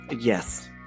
Yes